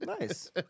nice